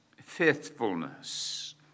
faithfulness